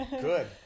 Good